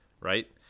right